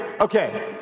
Okay